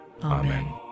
Amen